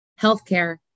healthcare